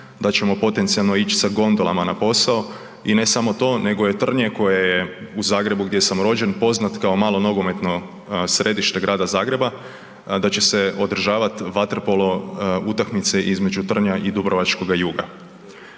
da ćemo potencijalno ić sa gondolama na posao i ne samo to nego je Trnje koje je u Zagrebu gdje sam rođen poznat kao malo nogometno središte Grada Zagreba, da će se održavat vaterpolo utakmice između Trnja i dubrovačkoga Juga.